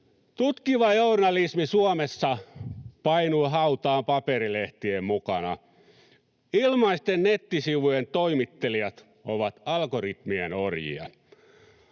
Tutkiva journalismi Suomessa painui hautaan paperilehtien mukana. Ilmaisten nettisivujen toimittelijat ovat algoritmien orjia.